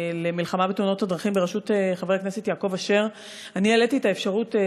למלחמה בתאונות הדרכים בראשות חבר הכנסת יעקב אשר העליתי את האפשרות,